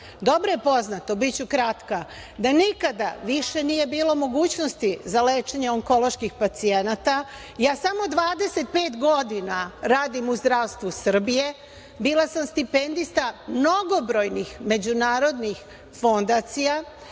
je poznato, biću kratka, da nikada više nije bilo mogućnosti za lečenje onkoloških pacijenata. Ja samo 25 godina radim u zdravstvu Srbije. Bila sam stipendista mnogobrojnih međunarodnih fondacija